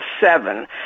seven